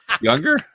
Younger